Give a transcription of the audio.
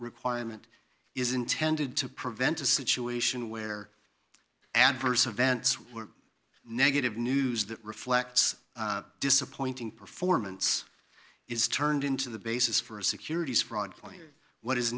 requirement is intended to prevent a situation where adverse events were negative news that reflects disappointing performance is turned into the basis for a securities fraud what is